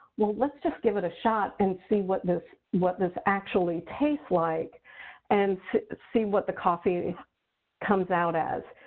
well, let's just give it a shot and see what this what this actually tastes like and see what the coffee comes out as.